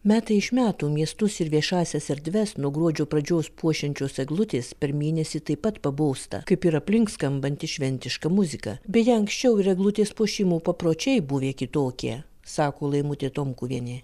metai iš metų miestus ir viešąsias erdves nuo gruodžio pradžios puošiančios eglutės per mėnesį taip pat pabosta kaip ir aplink skambanti šventiška muzika beje anksčiau ir eglutės puošimo papročiai buvę kitokie sako laimutė tomkuvienė